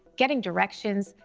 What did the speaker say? getting directions,